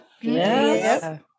Yes